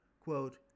Quote